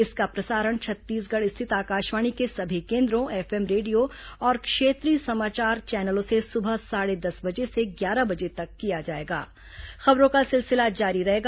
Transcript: इसका प्रसारण छत्तीसगढ़ स्थित आकाशवाणी के सभी केन्द्रों एफएम रेडियो और क्षेत्रीय समाचार चैनलों से सुबह साढ़े दस बजे से ग्यारह बजे तक किया जाएगा